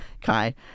Kai